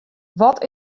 wat